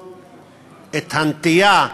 היושב-ראש,